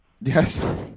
Yes